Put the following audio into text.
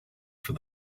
for